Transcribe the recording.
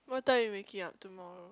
what time are you waking up tomorrow